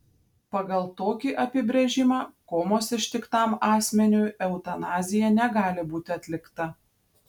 pagal tokį apibrėžimą komos ištiktam asmeniui eutanazija negali būti atlikta